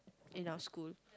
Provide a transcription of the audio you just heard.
in our school